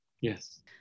Yes